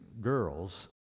girls